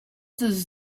does